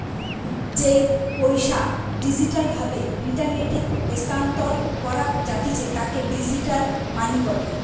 যেই পইসা ডিজিটাল ভাবে ইন্টারনেটে স্থানান্তর করা জাতিছে তাকে ডিজিটাল মানি বলে